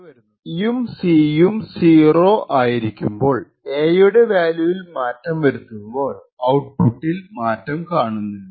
ഉദാഹരണത്തിന് A B 0 യും C 0 ഉം ആയിരിക്കുമ്പോൾ എ യുടെ വാല്യൂയിൽ മാറ്റം വരുത്തുമ്പോൾ ഔട്പുട്ടിൽ മാറ്റം കാണുന്നില്ല